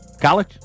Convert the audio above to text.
College